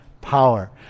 power